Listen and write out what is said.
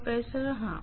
professor हाँ